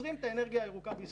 שעוצרים את האנרגיה הירוקה בישראל.